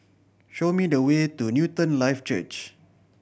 show me the way to Newton Life Church